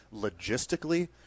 logistically